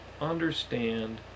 understand